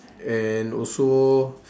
and also